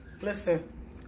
Listen